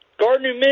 Gardner